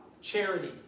Charity